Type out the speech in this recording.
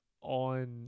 on